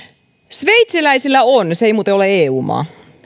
sveitsiläisillä on se ei muuten ole eu maa